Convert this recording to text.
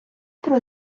про